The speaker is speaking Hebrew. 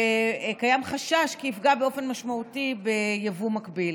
וקיים חשש כי יפגע באופן משמעותי ביבוא מקביל.